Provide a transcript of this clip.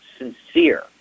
sincere